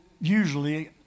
Usually